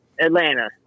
Atlanta